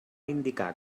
indicar